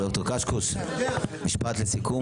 ד"ר קשקוש, משפט לסיכום.